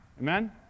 Amen